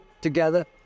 together